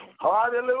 Hallelujah